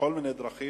בכל מיני דרכים,